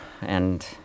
and-